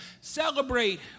celebrate